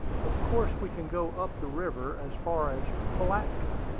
of course we can go up the river as far as pilatka,